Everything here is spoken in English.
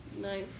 Nice